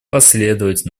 последовать